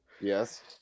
Yes